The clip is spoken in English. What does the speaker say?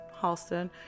Halston